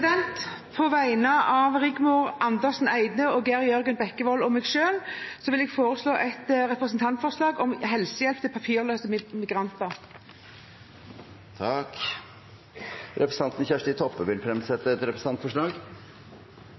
representantforslag. På vegne av stortingsrepresentantene Rigmor Andersen Eide, Geir Jørgen Bekkevold og meg selv vil jeg framsette et representantforslag om helsehjelp til papirløse migranter. Representanten Kjersti Toppe vil fremsette et representantforslag.